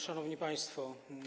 Szanowni Państwo!